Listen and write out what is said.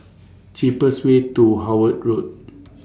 cheapest Way to Howard Road